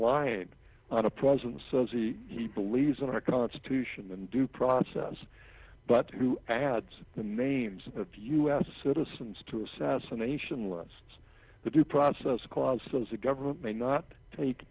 line on a president says he believes in our constitution and due process but who adds the names of u s citizens to assassination unless the due process clause says the government may not take